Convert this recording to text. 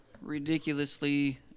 ridiculously